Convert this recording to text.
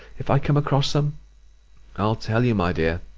if i come across them i'll tell you, my dear,